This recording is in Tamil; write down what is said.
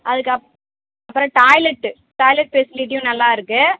அதுக்கு அப்புறம் டாய்லெட்டு டாய்லெட் ஃபெசிலிட்டியும் நல்லா இருக்குது